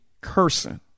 cursing